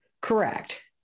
correct